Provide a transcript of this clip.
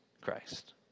Christ